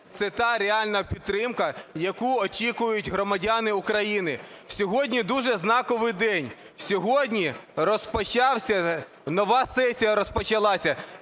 Це та реальна підтримка, яку очікують громадяни України. Сьогодні дуже знаковий день, сьогодні розпочалася нова сесія –